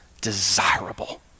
desirable